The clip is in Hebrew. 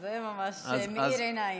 זה ממש מאיר עיניים.